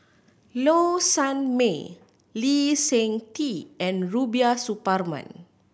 Low Sanmay Lee Seng Tee and Rubiah Suparman